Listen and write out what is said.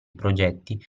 progetti